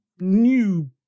new